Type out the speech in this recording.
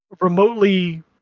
remotely